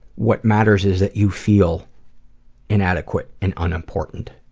what matters is that you feel inadequate and unimportant.